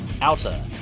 Outer